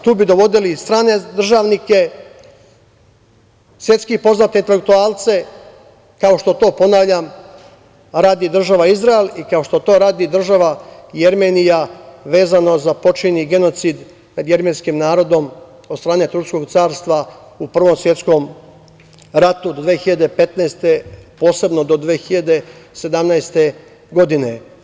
Tu bi dovodili i strane državnike, svetski poznate intelektualce, kao što to ponavljam radi država Izrael, i kao što to radi država Jermenija, vezano za počinjen genocid nad jermenskim narodom od strane turskog carstva u Prvom svetskom ratu 1915. posebno do 1917. godine.